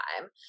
time